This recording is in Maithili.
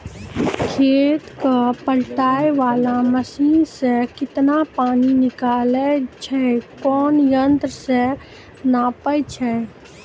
खेत कऽ पटाय वाला मसीन से केतना पानी निकलैय छै कोन यंत्र से नपाय छै